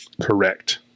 Correct